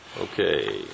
Okay